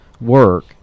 work